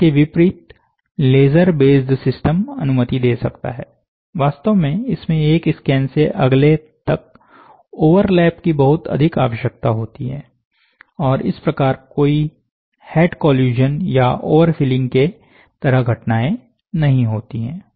इसके विपरीत laser based system अनुमति दे सकता है वास्तव में इसमें एक स्कैन से अगले तक ओवरलैप की बहुत अधिक आवश्यकता होती है और इस प्रकार कोई हेड कोह्ल्यूशन या ओवरफिलिंग के तरह की घटनाएं नहीं होती है